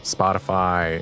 Spotify